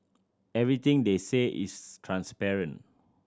everything they say is transparent